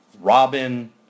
Robin